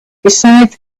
besides